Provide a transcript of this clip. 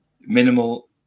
minimal